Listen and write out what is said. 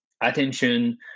attention